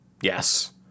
Yes